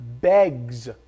begs